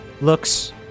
Looks